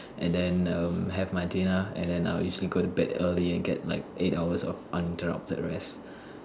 and then um have my dinner and then I will usually go to bed early and get like eight hours of uninterrupted rest